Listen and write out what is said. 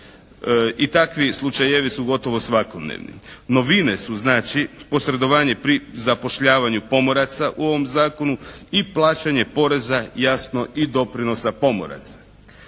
takvi slučajevi su gotovo svakodnevni. Novine su znači posredovanje pri zapošljavanju pomoraca u ovom zakonu i plaćanje poreza jasno i doprinosa pomoraca.